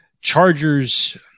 Chargers